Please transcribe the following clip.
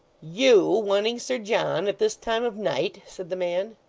you wanting sir john, at this time of night said the man.